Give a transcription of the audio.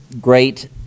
great